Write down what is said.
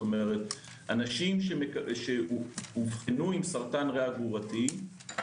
כלומר אנשים שאובחנו עם סרטן ריאה גרורתיים,